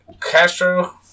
Castro